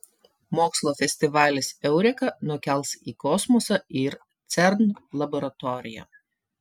mokslo festivalis eureka nukels į kosmosą ir cern laboratoriją